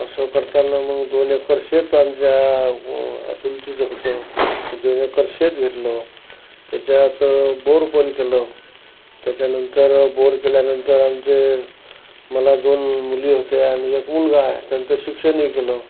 असं करताना मग दोन एकर शेत आमच्या चुलतीचं होतं दोन एकर शेत घेतलं त्याच्या तं बोरपण केलं त्याच्यानंतर बोर केल्यानंतर आमचे मला दोन मुली होत्या आणि एक मुलगा हाय त्यांचं शिक्षणही केलं